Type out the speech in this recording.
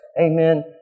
amen